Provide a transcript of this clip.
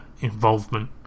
involvement